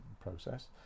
process